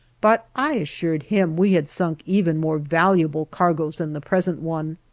but i assured him we had sunk even more valuable cargoes than the present one.